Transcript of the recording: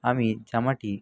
আমি জামাটি